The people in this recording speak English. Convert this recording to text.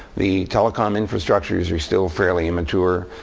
the telecom infrastructures are still fairly immature.